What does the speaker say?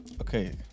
okay